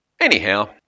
Anyhow